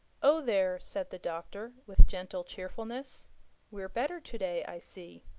oh! there! said the doctor with gentle cheerfulness we're better to-day, i see.